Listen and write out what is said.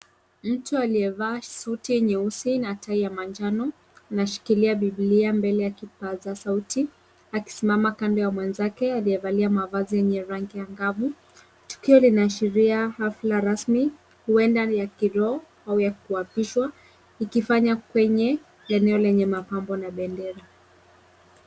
Mtu aliyevaa suti nyeusi na tai ya manjano anashikilia bibilia mbele ya kipaza sauti akisimama kando ya mwenzake aliyevalia mavazi ya rangi ya angavu. Tukio linaashiria hafla rasmi huenda ni ya kiroho au kuapishwa. Ikifanywa kwenye eneo lenye mapambo na bendera.